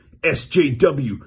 SJW